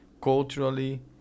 culturally